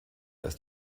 ist